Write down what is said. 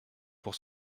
pour